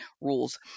rules